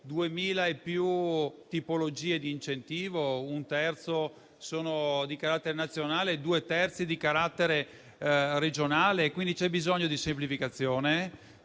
2.000 tipologie di incentivi, un terzo dei quali sono di carattere nazionale e due terzi di carattere regionale. C'è quindi bisogno di semplificazione